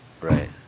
Right